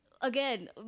again